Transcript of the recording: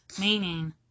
Meaning